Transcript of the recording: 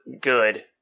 good